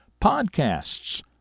Podcasts